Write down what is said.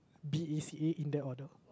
B_A_C_A in that order